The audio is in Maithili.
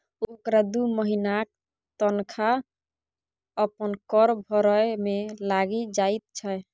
ओकरा दू महिनाक तनखा अपन कर भरय मे लागि जाइत छै